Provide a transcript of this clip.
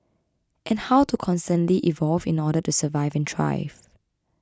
and how to constantly evolve in order to survive and thrive